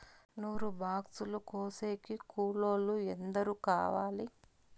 నూరు బాక్సులు కోసేకి కూలోల్లు ఎందరు కావాలి?